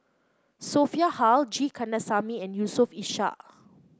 Sophia Hull G Kandasamy and Yusof Ishak